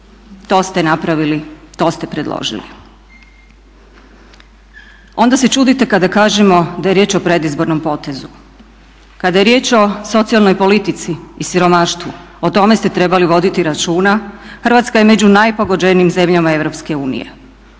To ste napravili, to ste predložili. Onda se čudite kada kažemo da je riječ o predizbornom potezu. Kada je riječ o socijalnoj politici i siromaštvu o tome ste trebali voditi računa. Hrvatska je među najpogođenijim zemljama EU.